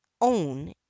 own